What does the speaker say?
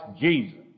Jesus